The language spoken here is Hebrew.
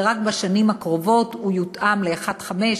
ורק בשנים הקרובות הוא יותאם ל-1.5,